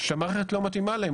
שהמערכת לא מתאימה להם,